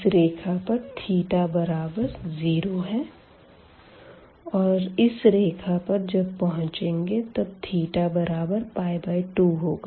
इस रेखा पर बराबर 0 है और इस रेखा पर जब पहुँचेंगे तब बराबर 2 होगा